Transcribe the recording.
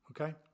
okay